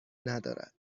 ندارد